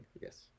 Yes